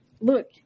Look